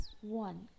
one